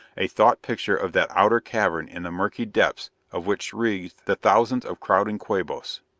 a thought picture of that outer cavern in the murky depths of which writhed the thousands of crowding quabos.